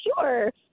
sure